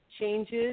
changes